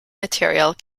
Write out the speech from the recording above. material